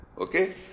okay